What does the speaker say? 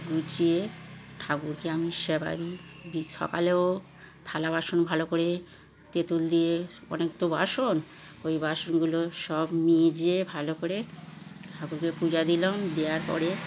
গুছিয়ে ঠাকুরকে আমি সেবা দিই বি সকালেও থালা বাসন ভালো করে তেঁতুল দিয়ে অনেক তো বাসন ওই বাসনগুলো সব মেজে ভালো করে ঠাকুরকে পূজা দিলাম দেওয়ার পরে